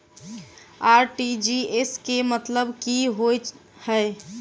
RTGS केँ मतलब की होइ हय?